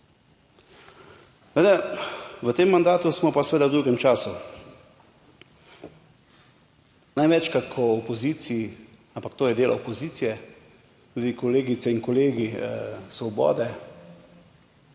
v tem mandatu smo pa seveda v drugem času. Največkrat ko v opoziciji, ampak to je del opozicije, tudi kolegice in kolegi Svobode,